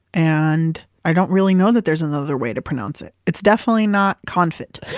and i don't really know that there's another way to pronounce it. it's definitely not con-fit